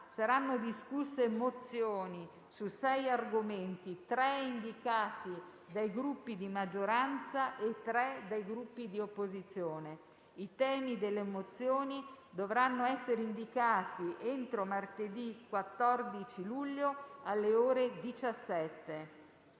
saranno discusse mozioni su sei argomenti, tre indicati dai Gruppi di maggioranza e tre dai Gruppi di opposizione. I temi delle mozioni dovranno essere indicati entro martedì 14 luglio, alle ore 17.